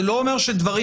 זה לא אומר שדבירם